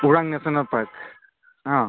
Orang national park